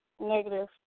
negative